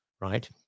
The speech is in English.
right